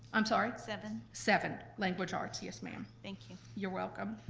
i'm sorry? seven? seven language arts, yes, ma'am. thank you. you're welcome.